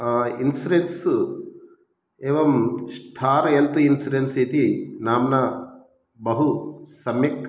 insurance एवं Star Health Insurance इति नाम्ना बहु सम्यक्